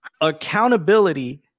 accountability